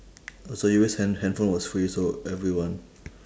uh so you wish hand~ handphone was free so everyone